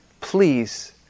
Please